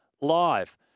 Live